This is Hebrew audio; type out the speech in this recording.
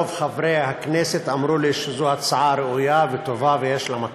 רוב חברי הכנסת אמרו לי שזו הצעה ראויה וטובה ויש לה מקום.